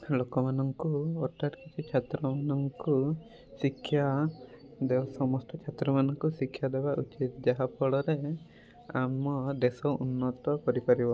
ଲୋକମାନଙ୍କୁ ଅର୍ଥାତ୍ ଛାତ୍ରମାନଙ୍କୁ ଶିକ୍ଷା ସମସ୍ତ ଛାତ୍ରମାନଙ୍କୁ ଶିକ୍ଷା ଦେବା ଉଚିତ୍ ଯାହା ଫଳରେ ଆମ ଦେଶ ଉନ୍ନତ କରିପାରିବ